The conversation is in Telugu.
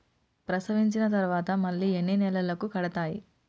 ప్రసవించిన తర్వాత మళ్ళీ ఎన్ని నెలలకు కడతాయి?